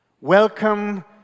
Welcome